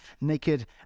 naked